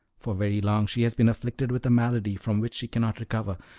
for very long she has been afflicted with a malady from which she cannot recover,